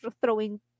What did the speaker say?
throwing